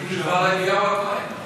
דבר אליהו הכהן.